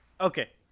Okay